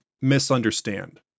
misunderstand